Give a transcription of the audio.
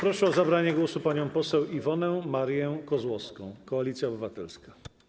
Proszę o zabranie głosu panią poseł Iwonę Marię Kozłowską, Koalicja Obywatelska.